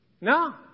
No